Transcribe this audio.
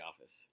office